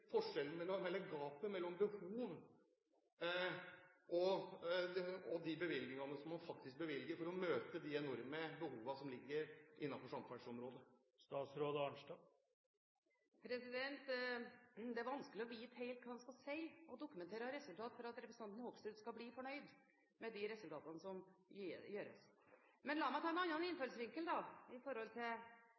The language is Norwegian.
forskjellen, gapet, mellom behovet og de pengene man faktisk bevilger for å møte de enorme behovene innen samferdselsområdet? Det er vanskelig å vite helt hva en skal dokumentere av resultat for at representanten Hoksrud skal bli fornøyd med det som gjøres. Men la meg ta en annen innfallsvinkel og se på det en bruker på norsk side i dag i forhold til